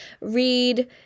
read